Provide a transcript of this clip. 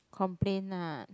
complain lah